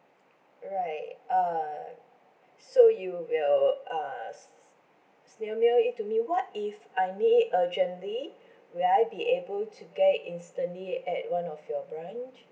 right err so you will uh snail mail it to me what if I need it urgently will I be able to get it instantly at one of your branch